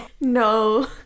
No